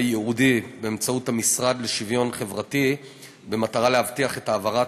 ייעודי באמצעות המשרד לשוויון חברתי במטרה להבטיח את העברת